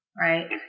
right